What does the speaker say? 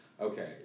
Okay